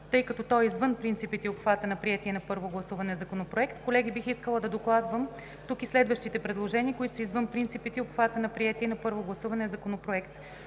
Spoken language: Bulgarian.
тъй като то е извън принципите и обхвата на приетия на първо гласуване Законопроект. Колеги, бих искала да докладвам тук и следващите предложения, които са извън принципите и обхвата на приетия на първо гласуване Законопроект.